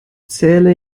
zähle